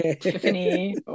tiffany